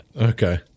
Okay